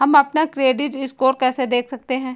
हम अपना credit score कैसे देख सकते हैं?